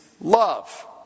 love